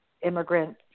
immigrant